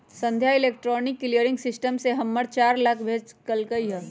संध्या electronic clearing system से हमरा चार लाख भेज लकई ह